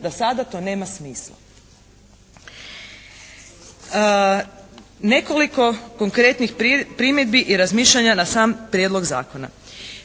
da sada to nema smisla. Nekoliko konkretnih primjedbi i razmišljanja na sam prijedlog zakona.